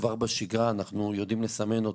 כבר בשגרה אנחנו יודעים לסמן אותם.